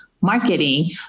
marketing